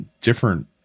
different